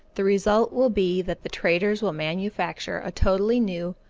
the result will be that the traders will manufacture a totally new,